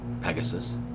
Pegasus